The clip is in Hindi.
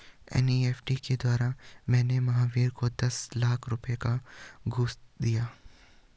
एन.ई.एफ़.टी के द्वारा मैंने महावीर को दस लाख रुपए का घूंस दिया